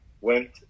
went